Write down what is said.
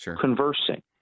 conversing